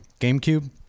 Gamecube